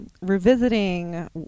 revisiting